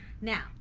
now